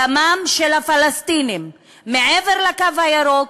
דמם של הפלסטינים מעבר לקו הירוק,